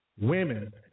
Women